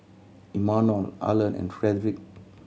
Imanol Arlen and Frederick